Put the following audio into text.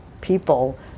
people